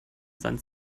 sand